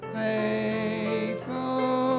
faithful